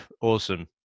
awesome